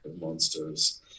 monsters